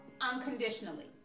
unconditionally